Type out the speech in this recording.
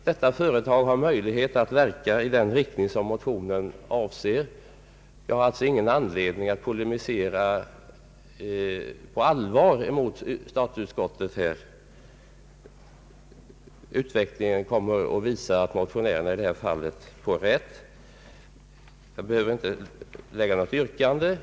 Detta företag har möjlighet att verka i den riktning motionen avser. Jag har alltså ingen anledning att här polemisera på allvar mot statsutskottet. Utvecklingen kommer att visa att motionärerna i detta fall får rätt. Jag behöver inte framställa något yrkande.